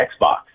Xbox